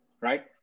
right